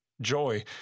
joy